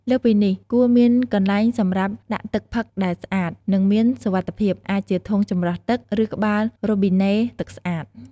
លើសពីនេះគួរមានកន្លែងសម្រាប់ដាក់ទឹកផឹកដែលស្អាត និងមានសុវត្ថិភាព អាចជាធុងចម្រោះទឹក ឬក្បាលរ៉ូប៊ីណេទឹកស្អាត។